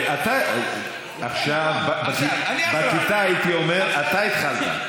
בטיוטה הייתי אומר: אתה התחלת,